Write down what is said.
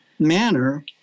manner